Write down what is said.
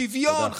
שוויון.